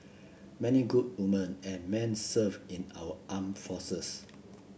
many good women and men serve in our armed forces